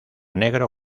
negro